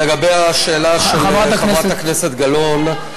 לגבי השאלה של חברת הכנסת גלאון,